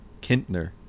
Kintner